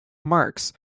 marks